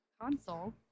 console